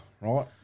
Right